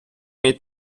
мій